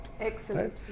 Excellent